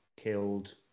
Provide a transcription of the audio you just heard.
killed